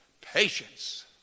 Patience